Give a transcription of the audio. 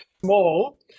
Small